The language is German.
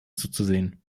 zuzusehen